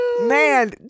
Man